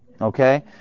okay